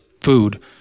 food